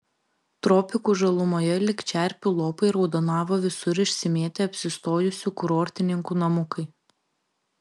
tropikų žalumoje lyg čerpių lopai raudonavo visur išsimėtę apsistojusių kurortininkų namukai